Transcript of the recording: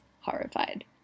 horrified